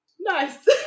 nice